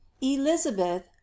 elizabeth